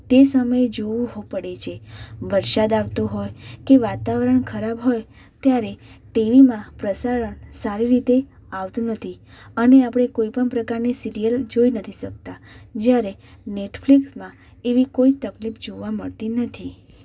તે સમયે જોવું હો પડે છે વરસાદ આવતો હોય કે વાતાવરણ ખરાબ હોય ત્યારે ટીવીમાં પ્રસારણ સારી રીતે આવતું નથી અને આપણે કોઈપણ પ્રકારની સીરિયલ જોઈ નથી શકતા જ્યારે નેટફ્લિક્સમાં એવી કોઈ તકલીફ જોવા મળતી નથી